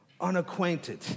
unacquainted